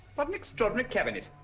what an extraordinary cabinet.